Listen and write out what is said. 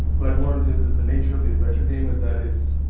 what i've learned is that the nature of the adventure game is that it's,